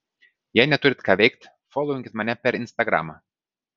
jei neturit ką veikt folovinkit mane per instagramą